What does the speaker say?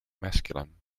masculine